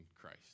Christ